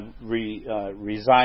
resigned